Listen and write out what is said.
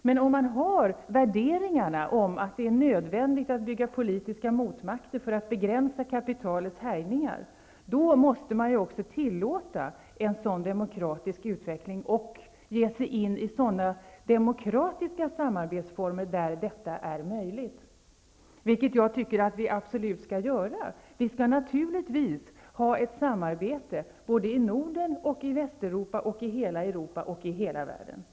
Men om man har värderingar om att det är nödvändigt att bygga politiska motmakter för att begränsa kapitalets härjningar, då måste man också tillåta en sådan demokratisk utveckling och ge sig in i sådana demokratiska samarbetsformer där detta är möjligt. Det är vad jag tycker att vi absolut skall göra. Vi skall naturligtvis ha ett samarbete, både i Norden och i Västeuropa och i hela Europa och i hela världen.